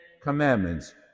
commandments